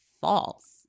false